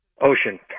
ocean